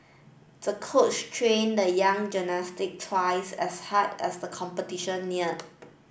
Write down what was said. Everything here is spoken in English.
the coach trained the young gymnast twice as hard as the competition neared